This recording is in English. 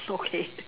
okay